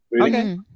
Okay